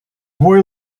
boy